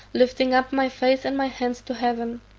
lifting up my face and my hands to heaven,